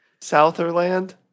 Southerland